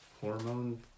Hormone